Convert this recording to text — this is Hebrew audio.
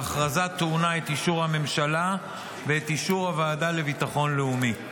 ההכרזה טעונה את אישור הממשלה ואת אישור הוועדה לביטחון לאומי.